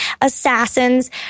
assassins